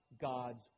God's